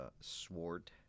sword